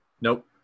Nope